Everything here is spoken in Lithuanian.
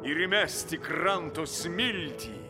ir įmesti kranto smiltį